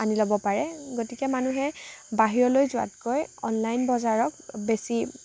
আনি ল'ব পাৰে গতিকে মানুহে বাহিৰলৈ যোৱাতকৈ অনলাইন বজাৰক বেছি